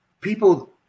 people